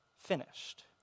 finished